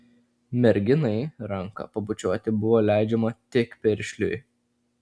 merginai ranką pabučiuoti buvo leidžiama tik piršliui